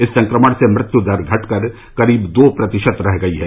इस संक्रमण से मृत्यु दर घटकर करीब दो प्रतिशत रह गई है